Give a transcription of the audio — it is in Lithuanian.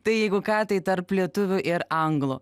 tai jeigu ką tai tarp lietuvių ir anglų